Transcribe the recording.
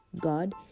God